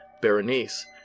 Berenice